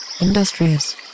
industrious